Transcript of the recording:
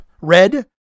red